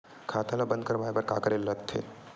खाता ला बंद करवाय बार का करे ला लगथे?